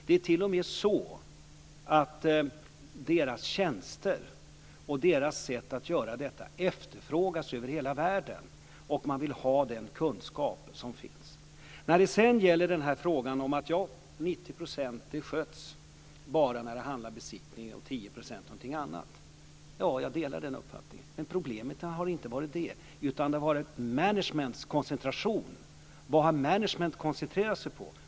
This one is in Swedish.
Det är t.o.m. så att Svensk Bilprovnings tjänster och sättet att utföra dessa efterfrågas över hela världen. Man vill ha den kunskap som finns. När det gäller detta med 90 % besiktning och 10 % någonting annat delar jag den uppfattningen. Det är inte det som har varit problemet utan det har varit managementkoncentrationen. Vad har management koncentrerat sig på?